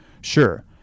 Sure